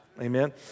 Amen